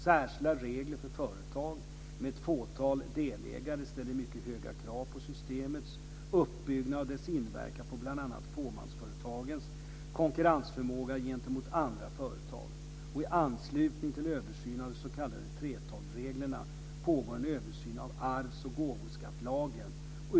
Särskilda regler för företag med ett fåtal delägare ställer mycket höga krav på systemets uppbyggnad och dess inverkan på bl.a. fåmansföretagens konkurrensförmåga gentemot andra företag. I anslutning till översynen av de s.k. 3:12-reglerna pågår en översyn av arvs och gåvoskattelagen.